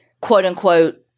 quote-unquote